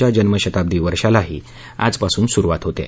च्या जन्मशताब्दी वर्षालाही आजपासून सुरुवात होत आहे